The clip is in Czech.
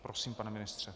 Prosím, pane ministře.